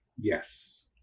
Yes